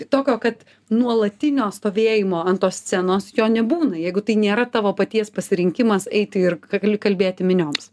tokio kad nuolatinio stovėjimo ant tos scenos jo nebūna jeigu tai nėra tavo paties pasirinkimas eiti ir ka kalbėti minioms